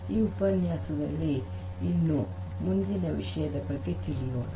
ಈ ಉಪನ್ಯಾಸದಲ್ಲಿ ಇನ್ನು ಮುಂದಿನ ವಿಷಯದ ಬಗ್ಗೆ ತಿಳಿಯೋಣ